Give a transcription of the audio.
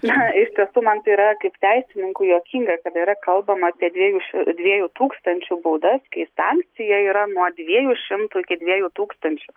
na iš tiesų man tai yra kaip teisininkui juokinga kad yra kalbama apie dviejų ši dviejų tūkstančių baudas kai sankcija yra nuo dviejų šimtų iki dviejų tūkstančių